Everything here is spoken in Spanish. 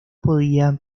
podía